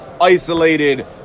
isolated